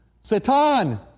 Satan